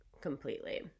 completely